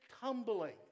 tumbling